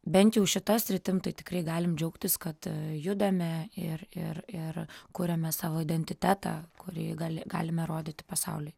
bent jau šita sritim tikrai galim džiaugtis kad judame ir ir ir kuriame savo identitetą kurį gali galime rodyti pasauliui